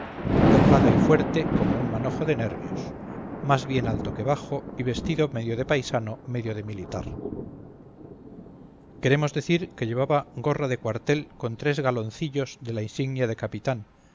delgado y fuerte como un manojo de nervios más bien alto que bajo y vestido medio de paisano medio de militar queremos decir que llevaba gorra de cuartel con tres galoncillos de la insignia de capitán